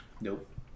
Nope